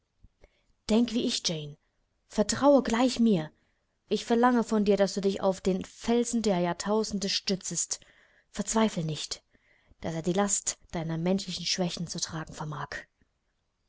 denk wie ich jane vertraue gleich mir ich verlange von dir daß du dich auf den felsen der jahrtausende stützest zweifle nicht daß er die last deiner menschlichen schwächen zu tragen vermag